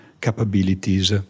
capabilities